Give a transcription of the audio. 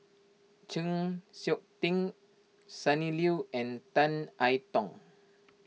Chng Seok Tin Sonny Liew and Tan I Tong